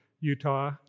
Utah